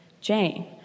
Jane